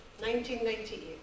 1998